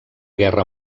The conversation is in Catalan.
guerra